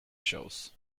shows